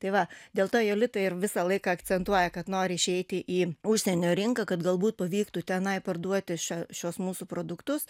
tai va dėl to jolita ir visą laiką akcentuoja kad nori išeiti į užsienio rinką kad galbūt pavyktų tenai parduoti šio šiuos mūsų produktus